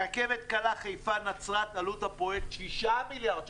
רכבת קלה חיפה-נצרת עלות הפרויקט 6 מיליארד שקל.